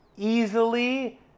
Easily